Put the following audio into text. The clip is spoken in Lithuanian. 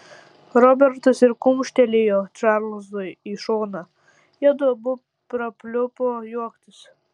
robertas ir kumštelėjo čarlzui į šoną jiedu abu prapliupo juoktis